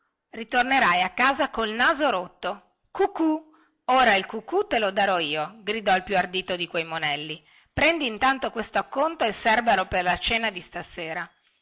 ritornerai a casa col naso rotto cucù ora il cucù te lo darò io gridò il più ardito di quei monelli prendi intanto questacconto e serbalo per la cena di stasera